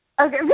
Okay